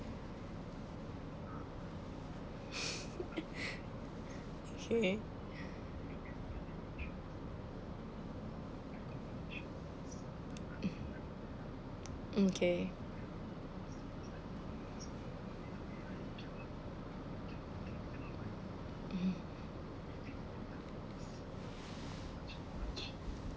okay mm okay hmm